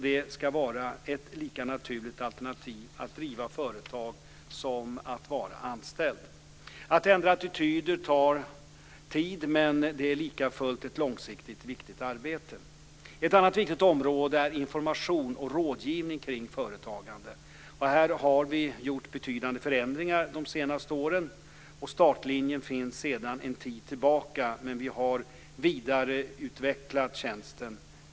Det ska vara ett lika naturligt alternativ att driva företag som att vara anställd. Att ändra attityder tar tid, men det är likafullt ett långsiktigt viktigt arbete. Ett annat viktigt område är information och rådgivning kring företagande. Här har vi gjort betydande förändringar de senaste åren. Startlinjen finns sedan en tid tillbaka, men vi har vidareutvecklat tjänsten.